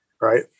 Right